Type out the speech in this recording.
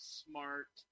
smart